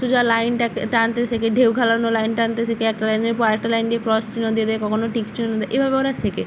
সোজা লাইনটাকে টানতে শেখে ঢেউ খেলানো লাইন টানতে শেখে একটা লাইনের পর আরেকটা লাইন দিয়ে ক্রস চিহ্ন দিয়ে দেয় কখনও টিক চিহ্ন দেয় এভাবে ওরা শেখে